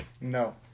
No